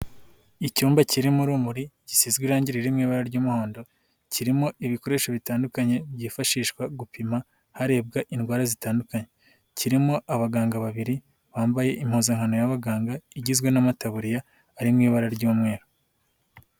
Icyumba kirimo urumuri gishyizwe irangi riri mu ibara ry'umuhondo kirimo ibikoresho bitandukanye byifashishwa gupima harebwa indwara zitandukanye, kirimo abaganga babiri bambaye impuzankano y'abaganga igizwe n'amataburiya ari mu ibara ry'umweru.